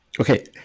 Okay